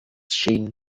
sheen